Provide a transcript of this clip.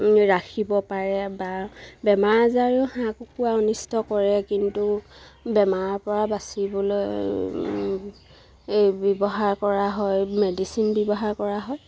ৰাখিব পাৰে বা বেমাৰ আজাৰেও হাঁহ কুকুৰা অনিষ্ট কৰে কিন্তু বেমাৰৰ পৰা বাচিবলৈ ব্যৱহাৰ কৰা হয় মেডিচিন ব্যৱহাৰ কৰা হয়